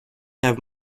have